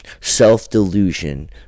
self-delusion